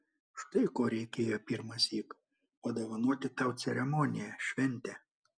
štai ko reikėjo pirmąsyk padovanoti tau ceremoniją šventę